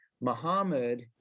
Muhammad